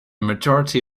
majority